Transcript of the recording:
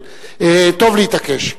טוב להתעקש.